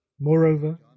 Moreover